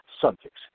subjects